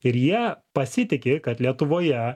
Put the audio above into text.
ir jie pasitiki kad lietuvoje